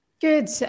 Good